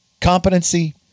competency